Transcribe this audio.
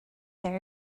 there